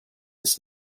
his